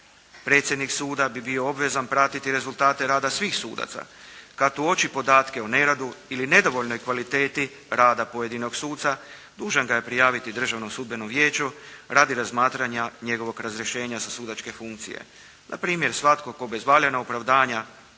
Predsjednik suda bi bio obvezan pratiti rezultate rada svih sudaca. Kad uoči podatke o neradu ili nedovoljnoj kvaliteti rada pojedinog suca dužan ga je prijaviti Državnom sudbenom vijeću radi razmatranja njegovog razrješenja sa sudačke funkcije. Na primjer, svatko tko bez valjana opravdanja,